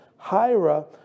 Hira